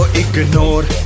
ignore